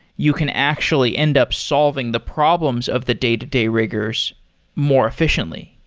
you can actually end up solving the problems of the day-to-day rigors more efficiently.